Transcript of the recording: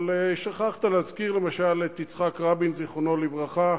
אבל שכחת להזכיר למשל את יצחק רבין, זכרו לברכה,